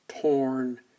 torn